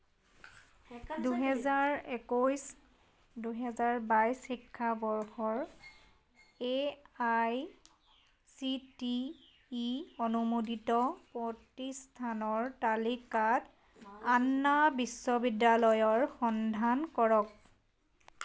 দুহেজাৰ একৈছ দুহেজাৰ বাইছ শিক্ষাবৰ্ষৰ A I C T E অনুমোদিত প্ৰতিষ্ঠানৰ তালিকাত আন্না বিশ্ববিদ্যালয়ৰ সন্ধান কৰক